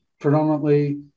predominantly